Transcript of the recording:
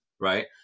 right